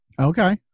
Okay